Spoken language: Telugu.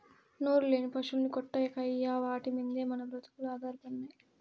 నోరులేని పశుల్ని కొట్టకయ్యా వాటి మిందే మన బ్రతుకులు ఆధారపడినై